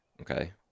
Okay